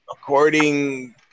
According